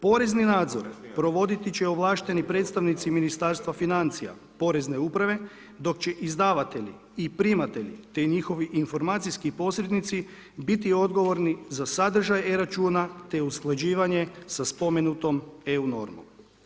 Porezni nadzor provoditi će ovlašteni predstavnici Ministarstva financija, Porezne uprave, dok će izdavatelji i primatelji te njihovi informacijski posrednici biti odgovorni za sadržaj e-računa te usklađivanje sa spomenutom EU normom.